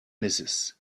misses